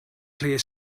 clear